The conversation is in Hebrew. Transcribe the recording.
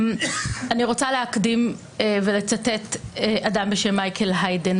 אני רוצה להקדים ולצטט אדם בשם מייקל היידן.